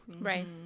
Right